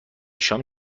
شام